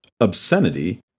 obscenity